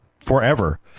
forever